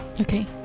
Okay